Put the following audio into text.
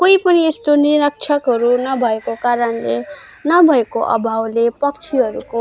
कोही पनि यस्तो निरीक्षकहरू नभएको कारणले नभएको अभावलो पक्षीहरूको